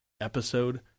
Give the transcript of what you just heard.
episode